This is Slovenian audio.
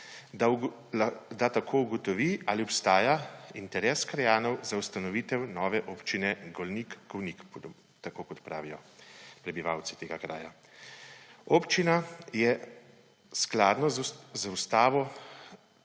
da tako ugotovi, ali obstaja interes krajanov za ustanovitev nove Občine Golnik, oziroma kot pravijo prebivalci tega kraja – Govnik. Občina je skladno z Ustavo,